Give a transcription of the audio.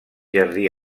jardí